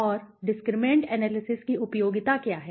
और discriminant analysis की उपयोगिता क्या है